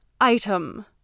item